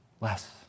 less